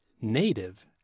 native